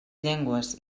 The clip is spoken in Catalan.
llengües